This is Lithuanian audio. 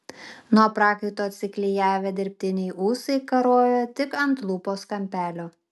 nuo prakaito atsiklijavę dirbtiniai ūsai karojo tik ant lūpos kampelio